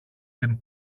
την